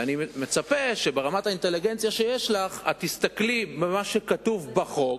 ואני מצפה שברמת האינטליגנציה שיש לך את תסתכלי במה שכתוב בחוק,